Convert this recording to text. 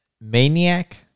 Maniac